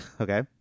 Okay